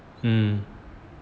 mm